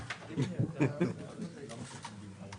עכשיו כדי שנוכל להוציא אותו ב-2022.